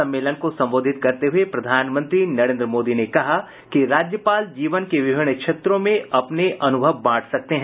सम्मेलन को संबोधित करते हुए प्रधानमंत्री नरेन्द्र मोदी ने कहा कि राज्यपाल जीवन के विभिन्न क्षेत्रों में अपने अनुभव बांट सकते हैं